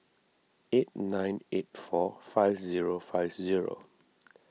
eight nine eight four five zero five zero